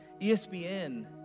ESPN